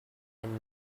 and